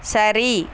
சரி